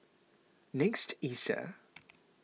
next Easter